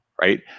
right